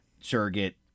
surrogate